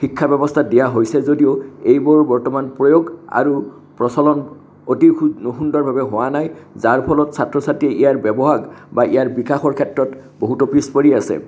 শিক্ষাব্যৱস্থাত দিয়া হৈছে যদিও এইবোৰ বৰ্তমান প্ৰয়োগ আৰু প্ৰচলন অতি সুন্দ সুন্দৰভাৱে হোৱা নাই যাৰ ফলত ছাত্ৰ ছাত্ৰীয়ে ইয়াৰ ব্যৱহাৰ বা ইয়াৰ বিকাশৰ ক্ষেত্ৰত বহুতো পিছ পৰি আছে